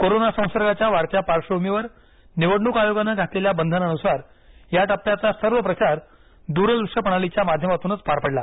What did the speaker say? corona संसर्गाच्या वाढत्या पार्श्वभूमीवर निवडणूक आयोगानं घातलेल्या बंधनानुसार या टप्प्याचा सर्व प्रचार दूरदृश्य प्रणालीच्या माध्यमातूनच पार पडला